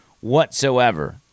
Whatsoever